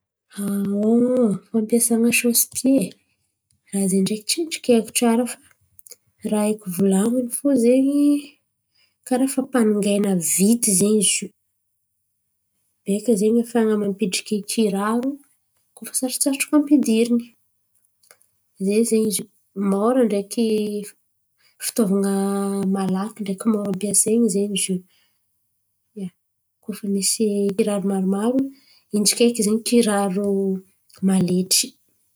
Aon, fampiasan̈a sosipie raha zen̈y tsendriky haiko tsara fa raha haiko volan̈iny fo zen̈y. Karà fampanongana vity zen̈y zo beka zen̈y ahafan̈a mampidriky kiraro. Koa fa sarotrarotro ampidirin̈y ze zen̈y zo mora ndraiky fitaovan̈a malaky ndraiky mora ampiasain̈a zen̈y zo. Koa fa misy kiraro maromaro, intsaka eky ze kiraro maletry.